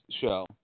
show